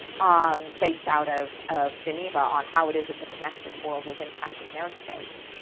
um based out of of geneva, on how it is that the connected world was impacting their space,